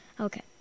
Okay